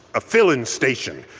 a filling station.